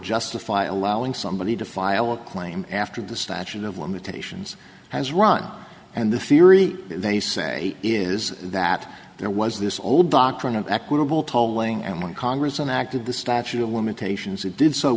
justify allowing somebody to file a claim after the statute of limitations has run and the theory they say is that there was this old doctrine of equitable tolling and when congress an act of the statute of limitations it did so